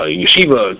yeshiva